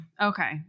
Okay